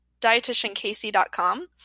dietitiancasey.com